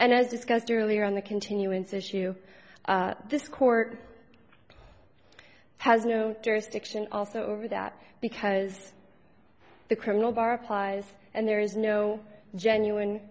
and as discussed earlier on the continuance issue this court has no jurisdiction also over that because the criminal bar applies and there is no genuine